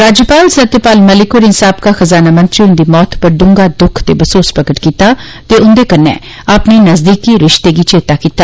राज्यपाल सत्यपाल मलिक होरें साबका खजाना मंत्री हन्दी मौती उप्पर डूंगा द्ख ते बसोस प्रकट कीता ते उन्दे कन्नै अपने नजदीकी रिश्ते गी चेता कीता